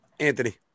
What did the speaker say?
Anthony